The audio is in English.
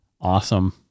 awesome